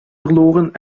verloren